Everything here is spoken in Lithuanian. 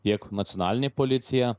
tiek nacionalinė policija